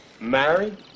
Married